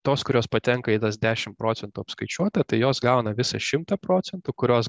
tos kurios patenka į tas dešim procentų apskaičiuotą tai jos gauna visą šimtą procentų kurios